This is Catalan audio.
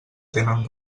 tenen